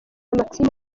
maxime